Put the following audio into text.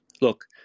look